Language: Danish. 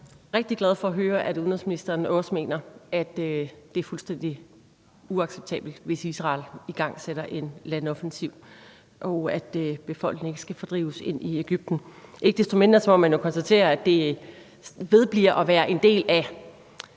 rigtig glad for at høre, at udenrigsministeren også mener, at det er fuldstændig uacceptabelt, hvis Israel igangsætter en landoffensiv, og at befolkningen ikke skal fordrives ind i Egypten. Ikke desto mindre må man jo konstatere, at det vedbliver at være en del af